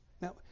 Now